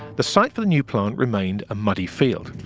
the site for the new plant remained a muddy field.